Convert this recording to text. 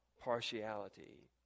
partiality